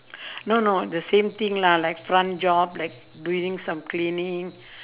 no no the same thing lah like front job like doing some cleaning